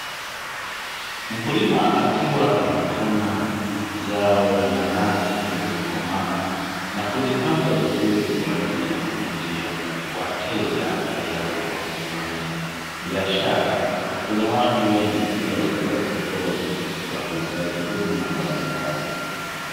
Mkulima akiwa amevuna zao la nanasi zilizokomaa, na kuzipanga vizuri kwa ajili ya kuvutia wateja, tayari kwa kufanya biashara. Kuna watu wengi pia wakiwa sokoni wakihitaji huduma mbalimbali.